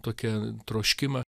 tokią troškimą